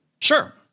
Sure